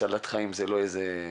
הצלת חיים זה לא סתמי.